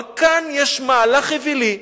אבל כאן יש מהלך אווילי,